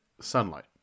sunlight